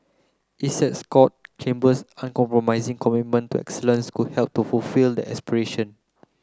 Essex Court Chambers uncompromising commitment to excellence could help to fulfil that aspiration